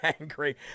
angry